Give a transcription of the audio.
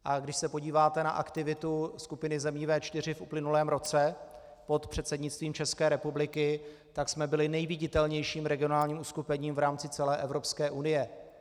A když se podíváte na aktivitu skupiny zemí V4 v uplynulém roce pod předsednictvím České republiky, tak jsme byli nejviditelnějším regionálním uskupením v rámci celé Evropské unie.